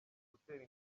gutera